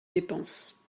dépenses